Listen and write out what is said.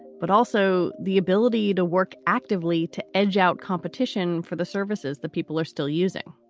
but also the ability to work actively to edge out competition for the services that people are still using